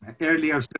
earlier